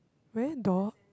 very door